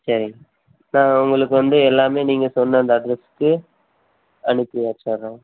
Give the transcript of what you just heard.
சரிங்க நான் உங்களுக்கு வந்து எல்லாமே நீங்கள் சொன்ன அந்த அட்ரெஸ்ஸுக்கு அனுப்பி வெச்சுட்றேன்